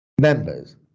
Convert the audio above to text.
members